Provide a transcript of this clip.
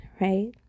right